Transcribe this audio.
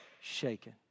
shaken